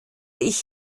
ich